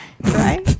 Right